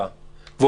ניצן,